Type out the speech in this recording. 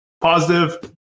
positive